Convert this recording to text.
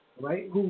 right